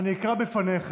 אני אקרא בפניך,